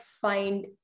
find